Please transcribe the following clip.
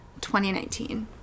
2019